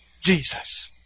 Jesus